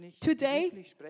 Today